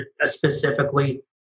specifically